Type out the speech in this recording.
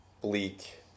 bleak